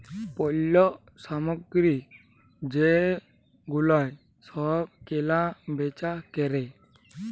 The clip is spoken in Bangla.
পল্য সামগ্রী যে গুলা সব কেলা বেচা ক্যরে